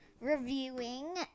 reviewing